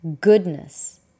goodness